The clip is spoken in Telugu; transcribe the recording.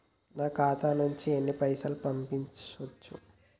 నా ఖాతా నుంచి ఎన్ని పైసలు పంపించచ్చు?